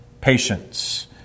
patience